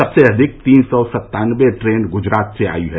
सबसे अधिक तीन सौ सत्तानबे ट्रेन गुजरात से आई हैं